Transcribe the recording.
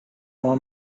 oma